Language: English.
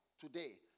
today